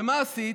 ומה עשית?